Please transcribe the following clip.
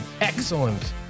excellent